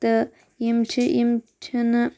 تہٕ یِم چھِ یِم چھِ نہٕ